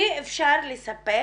אי אפשר לספק